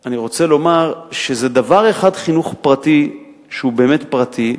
אני רוצה לומר שזה דבר אחד חינוך פרטי שהוא באמת פרטי,